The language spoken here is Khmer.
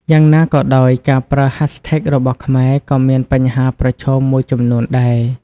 យ៉ាងណាក៏ដោយ ការប្រើ hashtags របស់ខ្មែរក៏មានបញ្ហាប្រឈមមួយចំនួនដែរ។